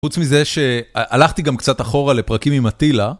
חוץ מזה שהלכתי גם קצת אחורה לפרקים עם אטילה.